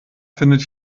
findet